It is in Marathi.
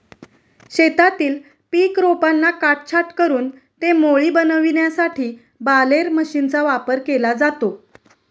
शेतातील पीक रोपांना काटछाट करून ते मोळी बनविण्यासाठी बालेर मशीनचा वापर केला जातो